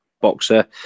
boxer